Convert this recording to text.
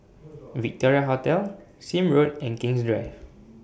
Victoria Hotel Sime Road and King's Drive